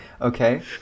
okay